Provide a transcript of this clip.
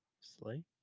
Slay